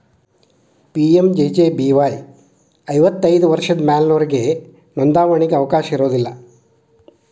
PMJJBY ಐವತ್ತೈದು ವರ್ಷದ ಮ್ಯಾಲಿನೊರಿಗೆ ನೋಂದಾವಣಿಗಿ ಅವಕಾಶ ಇರೋದಿಲ್ಲ